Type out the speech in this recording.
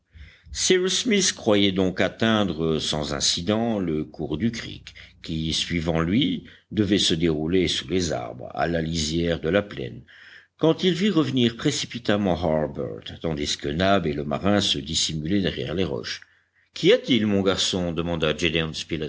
cyrus smith croyait donc atteindre sans incident le cours du creek qui suivant lui devait se dérouler sous les arbres à la lisière de la plaine quand il vit revenir précipitamment harbert tandis que nab et le marin se dissimulaient derrière les roches qu'y a-t-il mon garçon demanda